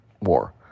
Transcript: war